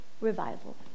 revival